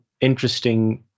interesting